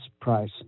price